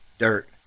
dirt